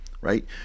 right